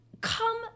come